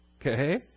Okay